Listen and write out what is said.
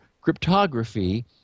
cryptography